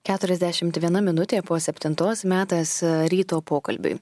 keturiasdešimt viena minutė po septintos metas ryto pokalbiui